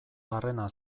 barrena